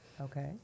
Okay